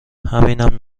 همینم